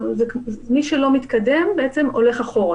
בעצם, מי שלא מתקדם הולך אחורה.